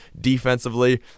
defensively